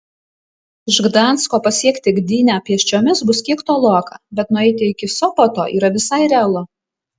iš gdansko pasiekti gdynę pėsčiomis bus kiek toloka bet nueiti iki sopoto yra visai realu